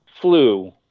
flu